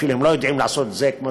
הם אפילו לא יודעים לעשות את זה כמו